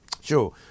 Sure